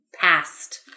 past